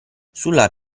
sulla